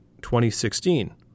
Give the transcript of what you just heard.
2016